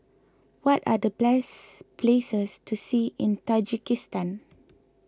what are the bless places to see in Tajikistan